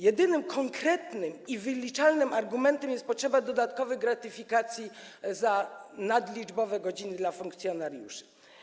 Jedynym konkretnym i wyliczalnym argumentem jest potrzeba dodatkowych gratyfikacji za nadliczbowe godziny dla funkcjonariuszy.